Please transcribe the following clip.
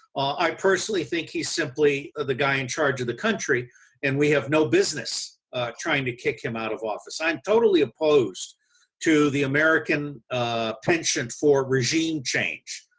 i personally think he's simply ah the guy in charge of the country and we have no business trying to kick him out of office. i am and totally opposed to the american penchant for regime change.